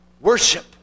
Worship